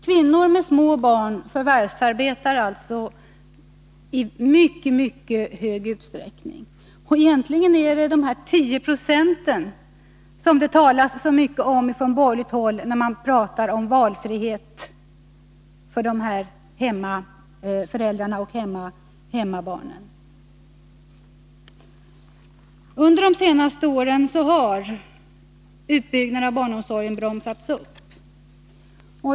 Kvinnor med små barn förvärvsarbetar alltså i mycket hög utsträckning, och egentligen är det bara de tio procenten som det talas så mycket om från borgerligt håll när man talar Under de senaste åren har utbyggnaden av barnomsorgen bromsats upp.